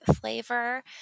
flavor